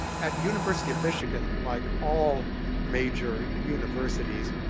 at university of michigan, like all major universities,